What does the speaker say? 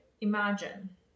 imagine